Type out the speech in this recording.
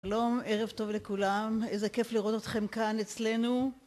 שלום ערב טוב לכולם איזה כיף לראות אתכם כאן אצלנו